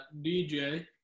DJ